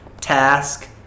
task